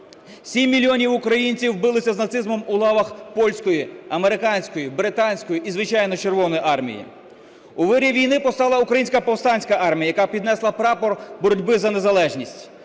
7 мільйонів українців билися з нацизмом у лавах польської, американської, британської і звичайно Червоної армії. У вирі війни постала Українська повстанська армія, яка піднесла прапор боротьби за незалежність.